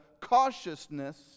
cautiousness